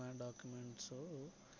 ఇంకా ముఖ్యమైన డాక్యుమెంట్స్